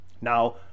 Now